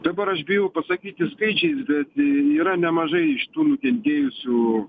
dabar aš bijau pasakyti skaičiais bet yra nemažai iš tų nukentėjusių